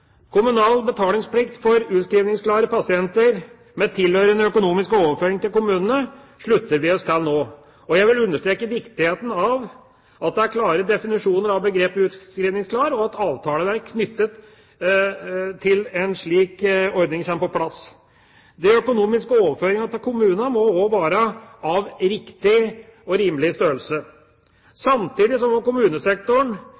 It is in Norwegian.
Kommunal betalingsplikt for utskrivningsklare pasienter, med tilhørende økonomiske overføringer til kommunene, slutter vi oss til nå. Jeg vil understreke viktigheten av at det er klare definisjoner av begrepet «utskrivningsklar», og at avtaleverk knyttet til en slik ordning kommer på plass. De økonomiske overføringene til kommuner må også være av riktig og rimelig størrelse.